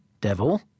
Devil